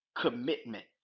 commitment